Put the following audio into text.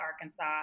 Arkansas